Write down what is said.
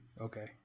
Okay